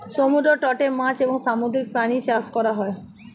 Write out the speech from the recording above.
সমুদ্র তটে মাছ এবং সামুদ্রিক প্রাণী চাষ করা হয়